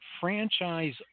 franchise